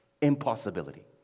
Impossibility